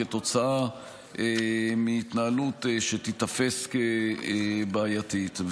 כתוצאה מהתנהלות שתיתפס כבעייתית.